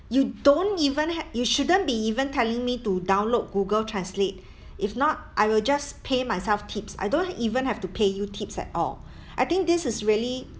you don't even have you shouldn't be even telling me to download google translate if not I will just pay myself tips I don't even have to pay you tips at all I think this is really